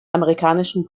amerikanischen